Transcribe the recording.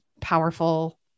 powerful